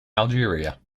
algeria